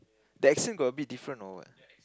the accent got a bit different or what